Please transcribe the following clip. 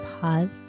pause